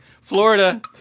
Florida